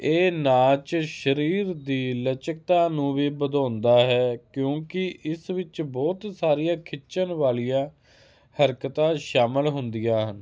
ਇਹ ਨਾਚ ਸਰੀਰ ਦੀ ਲਚਕਤਾ ਨੂੰ ਵੀ ਵਧਾਉਂਦਾ ਹੈ ਕਿਉਂਕਿ ਇਸ ਵਿੱਚ ਬਹੁਤ ਸਾਰੀਆਂ ਖਿੱਚਣ ਵਾਲੀਆਂ ਹਰਕਤਾਂ ਸ਼ਾਮਿਲ ਹੁੰਦੀਆਂ ਹਨ